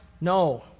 No